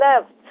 left